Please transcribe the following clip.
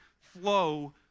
flow